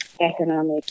economic